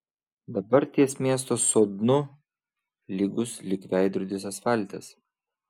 dabar ties miesto sodnu lygus lyg veidrodis asfaltas